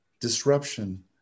disruption